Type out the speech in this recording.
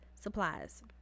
supplies